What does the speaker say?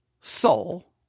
soul